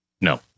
No